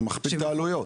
זה מכפיל את העלויות.